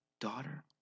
daughter